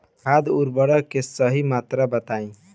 खाद उर्वरक के सही मात्रा बताई?